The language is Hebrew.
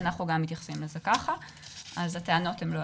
הנתונים של המשטרה בדרך כלל לא כוללים ועל